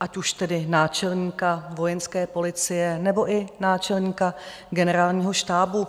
ať už tedy náčelníka Vojenské policie, nebo i náčelníka generálního štábu.